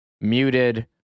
muted